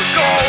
go